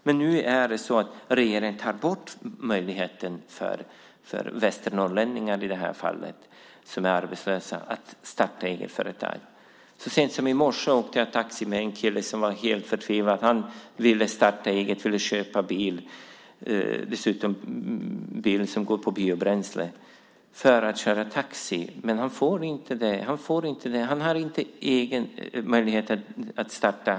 Men nu tar regeringen bort möjligheten för västernorrlänningar, i det här fallet, som är arbetslösa att starta eget företag. Så sent som i morse åkte jag taxi med en kille som var helt förtvivlad. Han vill starta eget och köpa bil, och dessutom en bil som går på biobränsle, för att köra taxi. Men han får inte det. Han har inte möjlighet att starta själv.